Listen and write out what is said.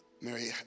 Mary